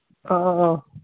ꯑꯧ